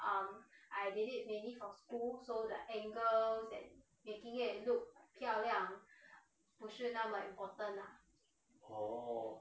orh